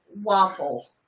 waffle